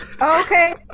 okay